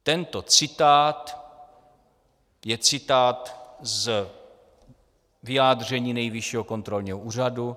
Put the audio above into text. Tento citát je citát z vyjádření Nejvyššího kontrolního úřadu.